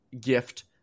gift